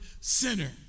sinner